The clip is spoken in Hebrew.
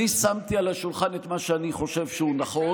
אני שמתי על השולחן את מה שאני חושב שהוא נכון,